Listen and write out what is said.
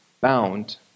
bound